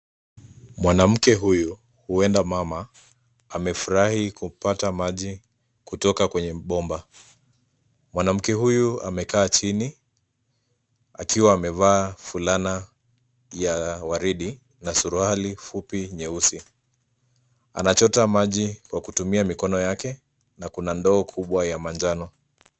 Mwanamke huyu, huenda mama, amefurahi kupata maji kutoka kwenye bomba. Mwanamke huyu amekaa chini, akiwa amevaa fulana ya waridi, na suruali fupi nyeusi. Anachota maji, kwa kutumia mikono yake, na kuna ndoo kubwa ya manjano.